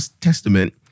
testament